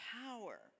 power